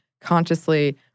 consciously